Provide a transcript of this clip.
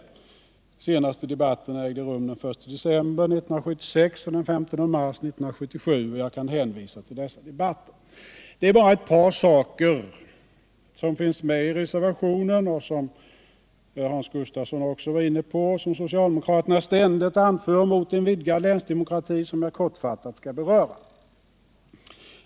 De senaste debatterna ägde rum den 1 december 1976 och den 15 mars 1977. Jag hänvisar till dessa debatter. Jag skall bara kortfattat beröra ett par saker i reservationen som Hans Gustafsson också var inne på och som socialdemokraterna ständigt anför mot en vidgad länsdemokrati.